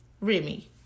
Remy